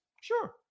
Sure